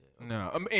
No